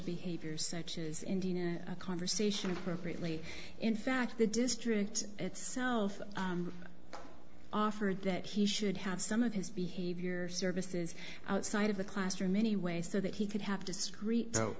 behaviors such as indiana a conversation appropriately in fact the district itself offered that he should have some of his behavior services outside of the classroom anyway so that he could have discreet